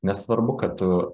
nesvarbu kad tu